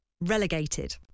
Relegated